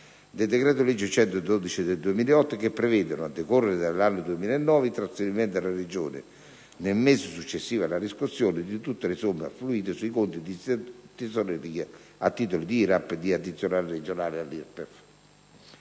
del decreto-legge n. 112 del 2008, che prevedono, a decorrere dall'anno 2009, il trasferimento alle Regioni, nel mese successivo alla riscossione, di tutte le somme affluite sui conti di tesoreria a titolo di IRAP e di addizionale regionale all'IRPEF;